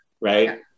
right